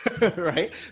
right